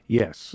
yes